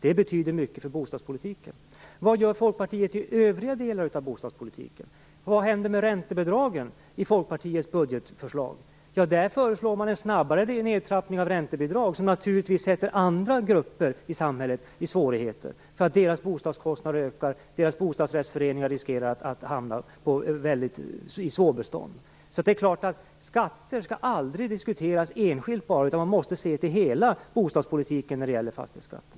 Det betyder mycket för bostadspolitiken. Vad gör Folkpartiet i övriga delar av bostadspolitiken? Vad händer med räntebidragen i Folkpartiets budgetförslag? Där föreslår man en snabbare nedtrappning av räntebidrag, vilket naturligtvis sätter andra grupper i samhället i svårigheter. Deras bostadskostnader ökar, och deras bostadsrättsföreningar riskerar att hamna på obestånd. Skatter skall aldrig diskuteras enskilt, utan man måste när det gäller fastighetsskatten se till hela bostadspolitiken.